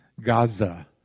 Gaza